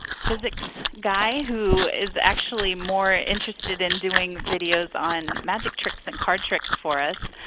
civics guy who is actually more interested in doing videos on magic tricks and card tricks for us.